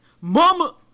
Mama